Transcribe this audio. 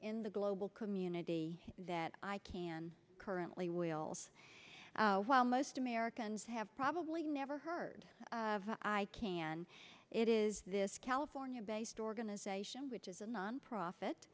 in the global community that i can currently will while most americans have probably never heard of i can it is this california based organization which is a nonprofit